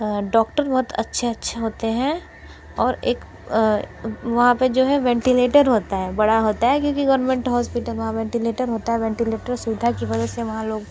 doctor बहुत अच्छे अच्छे होते हैं और एक वहाँ पे जो है वेंटीलेटर होता है बड़ा होता है क्योंकि गवरमेंट हॉस्पिटल वहाँ वेंटीलेटर होता है वेंटीलेटर सुविधा की वजह से वहाँ लोग